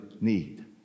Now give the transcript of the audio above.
need